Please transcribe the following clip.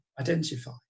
identify